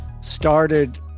started